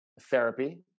therapy